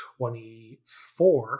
24